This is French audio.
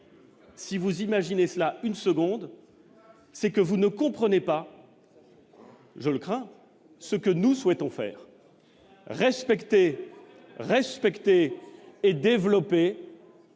Si vous imaginer cela une seconde, c'est que vous ne comprenez pas, je le crains, ce que nous souhaitons faire respecter, respecter et développer